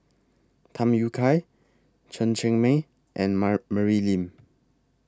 Tham Yui Kai Chen Cheng Mei and Mary Lim